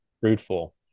fruitful